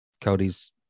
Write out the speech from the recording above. Cody's